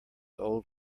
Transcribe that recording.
old